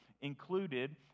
included